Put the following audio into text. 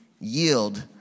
yield